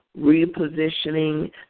repositioning